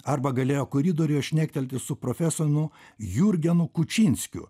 arba galėjo koridoriuje šnektelti su profesonu jurgenu kučinskiu